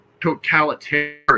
totalitarian